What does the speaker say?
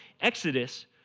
Exodus